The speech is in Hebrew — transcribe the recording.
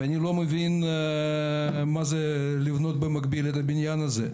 ואני לא מבין מה זה לבנות במקביל את הבניין הזה.